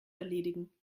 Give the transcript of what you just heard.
erledigen